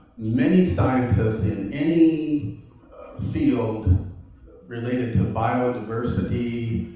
many scientists in any field related to biodiversity,